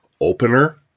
opener